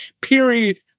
period